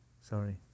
sorry